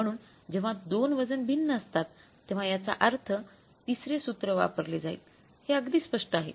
म्हणून जेव्हा 2 वजन भिन्न असतात तेव्हा याचा अर्थ तिसरे सूत्र वापरले जाईल हे अगदी स्पष्ट आहे